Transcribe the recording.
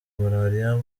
malariya